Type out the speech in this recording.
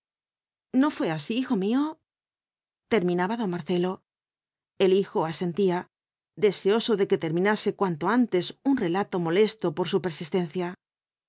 no fué así hijo mío terminaba don marcelo el hijo asentía deseoso de que terminase cuanto antes un relato molesto por su persistencia